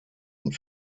und